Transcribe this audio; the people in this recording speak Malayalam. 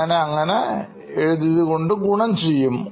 അങ്ങനെ അങ്ങനെ എഴുതിയത് കൊണ്ട് ഗുണം ചെയ്യും